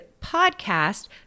podcast